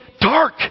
dark